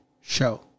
show